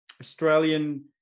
Australian